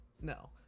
No